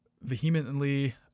vehemently